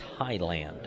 thailand